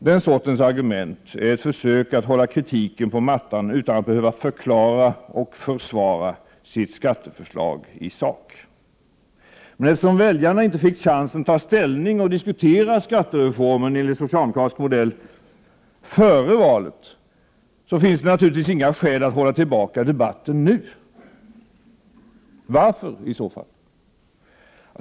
Den sortens argument är ett försök att hålla kritiken på mattan utan att behöva förklara och försvara sitt skatteförslag i sak. Men eftersom väljarna inte fick chansen att ta ställning och diskutera skattereformen enligt socialdemokratisk modell före valet, så finns det naturligtvis inga skäl att 17 hålla tillbaka debatten nu. Varför — i så fall?